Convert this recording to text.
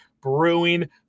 Brewing